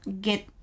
get